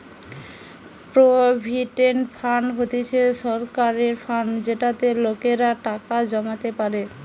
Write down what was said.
provident fund হতিছে সরকারের fund যেটাতে লোকেরা টাকা জমাতে পারে